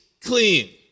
clean